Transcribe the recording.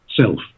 self